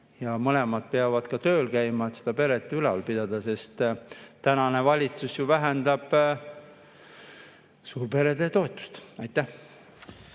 [vanemad] peavad tööl käima, et peret ülal pidada, sest tänane valitsus ju vähendab suurperede toetust. Aitäh!